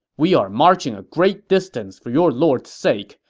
we are marching a great distance for your lord's sake,